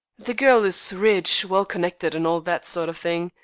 the girl is rich, well-connected, and all that sort of thing.